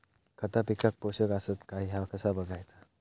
खता पिकाक पोषक आसत काय ह्या कसा बगायचा?